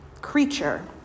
creature